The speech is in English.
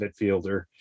midfielder